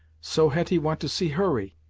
so hetty want to see hurry.